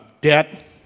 debt